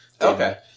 Okay